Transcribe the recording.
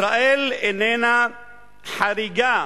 ישראל איננה חריגה